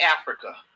Africa